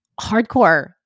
hardcore